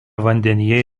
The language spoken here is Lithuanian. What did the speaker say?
vandenyje